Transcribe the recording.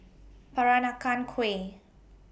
Peranakan Kueh